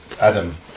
Adam